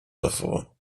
davor